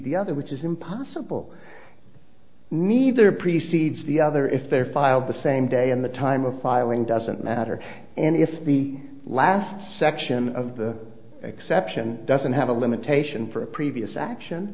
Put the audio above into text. the other which is impossible neither preceded the other if they were filed the same day in the time of filing doesn't matter and if the last section of the exception doesn't have a limitation for a previous action